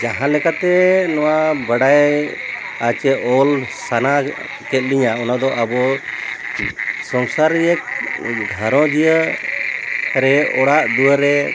ᱡᱟᱦᱟᱸ ᱞᱮᱠᱟᱛᱮ ᱱᱚᱣᱟ ᱵᱟᱰᱟᱭ ᱟᱪᱮ ᱚᱞ ᱥᱟᱱᱟ ᱠᱮᱫ ᱞᱤᱧᱟ ᱚᱱᱟ ᱫᱚ ᱟᱵᱚ ᱥᱚᱝᱥᱟᱨᱤᱭᱟᱹ ᱜᱷᱟᱨᱚᱸᱡᱽᱭᱟᱹ ᱨᱮ ᱚᱲᱟᱜ ᱫᱩᱣᱟᱹᱨᱮ